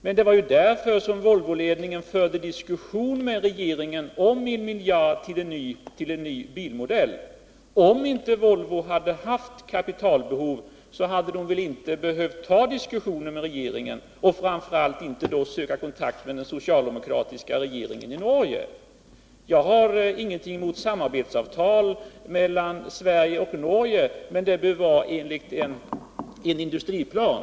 Men det var ju därför som Volvoledningen förde en diskussion med regeringen om 1 miljard kronor till en ny bilmodell. Om inte Volvo hade haft kapitalbehov, så hade väl inte den diskussionen behövt föras med regeringen. Framför allt hade man väl inte behövt söka kontakt med den socialdemokratiska regeringen i Norge. Jag har ingenting emot samarbetsavtal mellan Sverige och Norge, men det bör vara enligt en industriplan.